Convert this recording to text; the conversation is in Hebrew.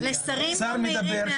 שר מדבר,